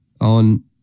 on